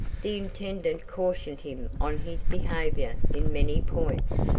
the intendant cautioned him on his behavior in many points,